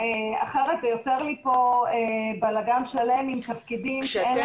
אחרת זה יוצר לי פה בלגן שלם עם תפקידים --- כשאתם